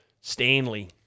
Stanley